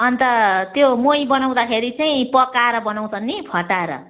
अन्त त्यो मही बनाउँदाखेरि चाहिँ पकाएर बनाउँछ नि फटाएर